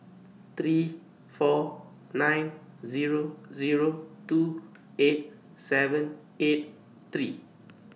three four nine Zero Zero two eight seven eight three